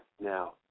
now